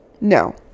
no